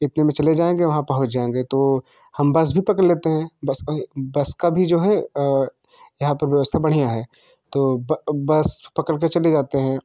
इतने में चले जाएँगे वहाँ पहुँच जाएँगे तो हम बस भी पकड़ लेते हैं बस में बस का भी जो है यहाँ पर व्यवस्था बढ़िया है तो बस पकड़ कर चले जाते हैं